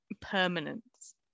permanence